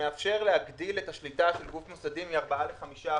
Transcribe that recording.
התיקון שמאפשר להגדיל את השליטה של גוף מוסדי מ-4% ל-5%,